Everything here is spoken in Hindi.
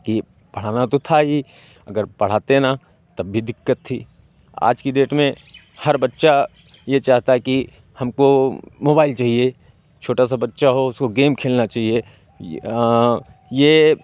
कि पढ़ाना तो था ही अगर पढ़ाते ना तब भी दिक्कत थी आज की डेट में हर बच्चा ये चाहता है कि हमको मोबाइल चाहिए छोटा सा बच्चा हो उसको गेम खेलना चाहिए ये ये